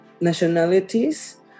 nationalities